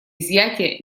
изъятия